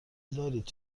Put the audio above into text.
دارید